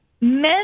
men